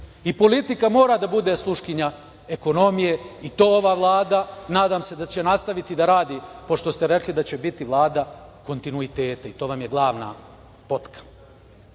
I politika mora da bude sluškinja ekonomije i to ova Vlada nadam se da će nastaviti da radi, pošto ste rekli da će biti Vlada kontinuiteta i to vam je glavna potka. Da